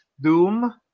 Doom